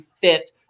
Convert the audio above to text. fit